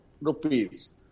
rupees